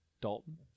Dalton